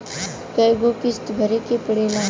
कय गो किस्त भरे के पड़ेला?